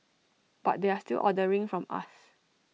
but they're still ordering from us